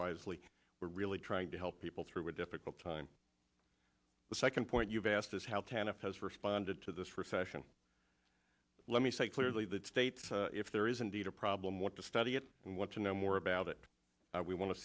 wisely we're really trying to help people through a difficult time the second point you've asked is how can it has responded to this recession let me say clearly that states if there is indeed a problem what to study it and want to know more about it we wan